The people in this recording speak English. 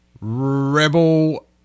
Rebel